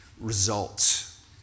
results